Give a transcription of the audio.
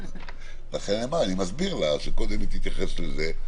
אני מסביר לה שקודם היא תתייחס לזה.